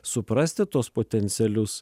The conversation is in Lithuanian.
suprasti tuos potencialius